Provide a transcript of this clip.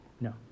no